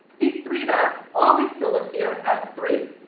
these three dots always still appear as three.